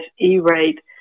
E-rate